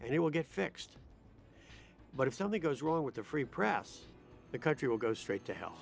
and it will get fixed but if something goes wrong with the free press the country will go straight to hel